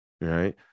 right